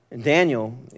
Daniel